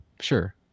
sure